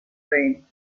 brain